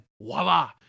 voila